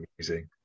amazing